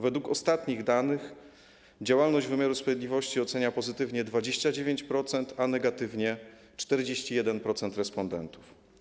Według ostatnich danych działalność wymiaru sprawiedliwości ocenia pozytywnie 29%, a negatywnie 41% respondentów.